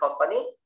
company